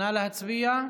נא להצביע.